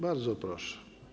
Bardzo proszę.